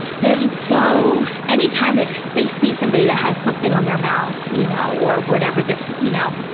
they're just so, any time that they see somebody that has something on their mouth, you know, or whatever this, you know,